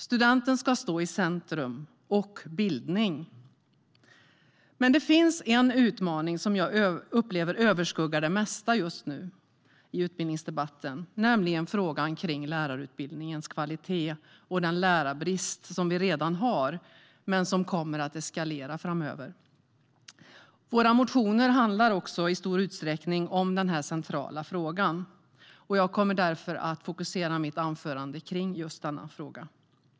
Studenten ska stå i centrum - och bildning. Men det finns en utmaning som jag upplever överskuggar det mesta just nu i utbildningsdebatten, nämligen frågan om lärarutbildningens kvalitet och den lärarbrist som vi redan har men som kommer att eskalera framöver. Våra motioner handlar i stor utsträckning om den här centrala frågan, och jag kommer därför att fokusera mitt anförande på just denna fråga.